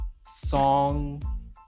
song